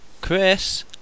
Chris